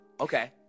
Okay